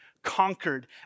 conquered